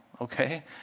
okay